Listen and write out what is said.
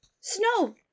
Snow